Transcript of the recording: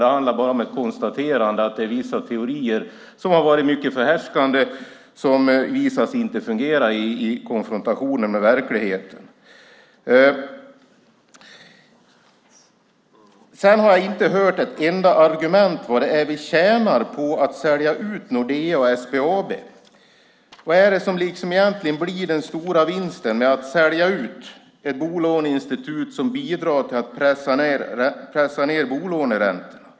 Det handlar bara om ett konstaterande om att det är vissa teorier som har varit mycket förhärskande men som visar sig inte fungera i konfrontationen med verkligheten. Jag har inte hört ett enda argument när det gäller vad vi tjänar på att sälja ut Nordea och SBAB. Vad blir egentligen den stora vinsten av att sälja ut ett bolåneinstitut som bidrar till att pressa ned bolåneräntorna?